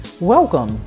Welcome